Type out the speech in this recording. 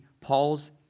Paul's